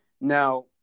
Now